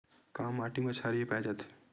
का माटी मा क्षारीय पाए जाथे?